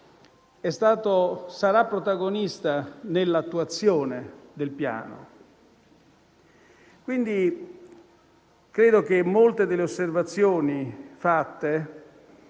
Sarà protagonista nell'attuazione del Piano, quindi, credo che molte delle osservazioni fatte